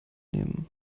nehmen